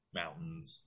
mountains